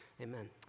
Amen